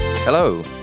Hello